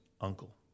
uncle